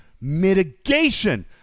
mitigation